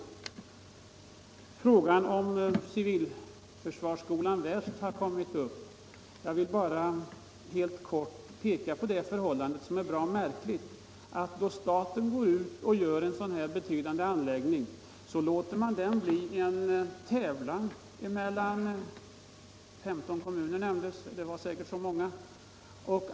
När det gäller frågan om civilförsvarsskolan vill jag bara peka på det märkliga förhållandet att staten när man skall starta en så betydande anläggning gör det i form av en tävlan mellan olika kommuner =— siffran 15 nämndes här och det var säkerligen så många.